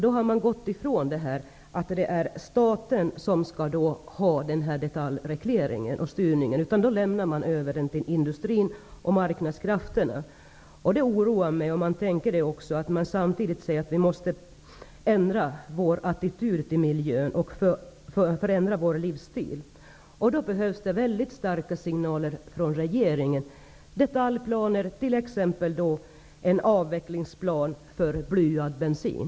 Då har man gått ifrån att det är staten som skall utforma detaljregleringen och styrningen. Då har man överlämnat detta till industrin och marknadskrafterna. Det oroar mig. Samtidigt säger man att vi måste ändra vår attityd till miljön och förändra vår livsstil. Då behövs väldigt starka signaler från regeringen och detaljplaner, t.ex. en avvecklingsplan för blyad bensin.